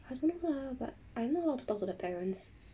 I don't know lah but I'm not allowed to talk to the parents